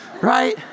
Right